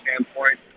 standpoint